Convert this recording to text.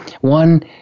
one